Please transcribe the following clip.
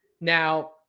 Now